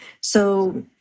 So-